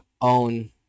own